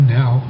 now